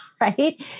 right